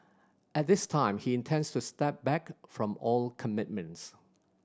at this time he intends to step back from all commitments